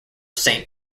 saint